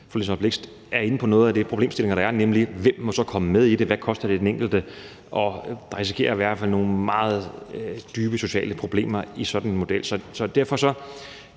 er inde på noget af den problemstilling, der er, nemlig hvem der så må komme med i det, og hvad det koster den enkelte. Vi risikerer i hvert fald nogle meget dybe sociale problemer med sådan en model. Vi har